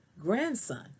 grandson